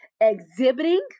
exhibiting